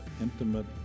intimate